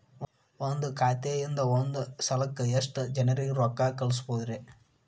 ಒಂದ್ ಖಾತೆಯಿಂದ, ಒಂದ್ ಸಲಕ್ಕ ಎಷ್ಟ ಜನರಿಗೆ ರೊಕ್ಕ ಕಳಸಬಹುದ್ರಿ?